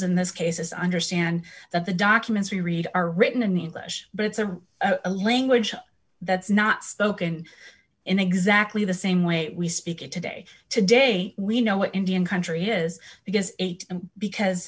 in this case is understand that the documents we read are written in english but it's a language that's not spoken in exactly the same way we speak it today today we know what indian country is because eight because